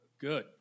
Good